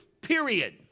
period